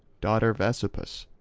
daughter of asopus,